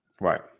Right